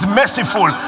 merciful